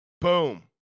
Boom